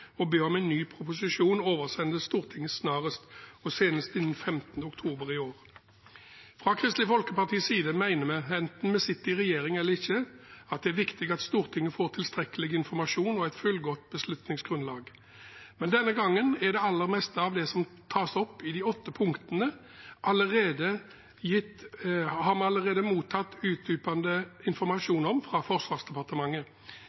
og ber om at en ny proposisjon oversendes Stortinget snarest og senest innen 15. oktober i år. Fra Kristelig Folkepartis side mener vi, enten vi sitter i regjering eller ikke, at det er viktig at Stortinget får tilstrekkelig informasjon og et fullgodt beslutningsgrunnlag, men denne gangen har vi for det aller meste av det som tas opp i de åtte punktene, allerede mottatt utdypende